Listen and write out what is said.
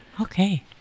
Okay